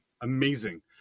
Amazing